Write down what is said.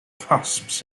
cusps